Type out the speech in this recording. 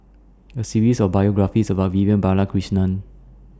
A series of biographies about Vivian Balakrishnan